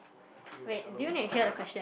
eh hello hello